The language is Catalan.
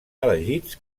elegits